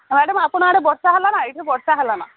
madam ଆପଣ ଆଡ଼େ ବର୍ଷା ହେଲାନ ଏଇଠି ବର୍ଷା ହେଲାନ